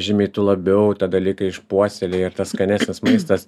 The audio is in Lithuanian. žymiai tu labiau tą dalyką išpuoselėji ir tas skanesnis maistas